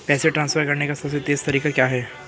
पैसे ट्रांसफर करने का सबसे तेज़ तरीका क्या है?